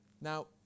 Now